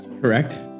Correct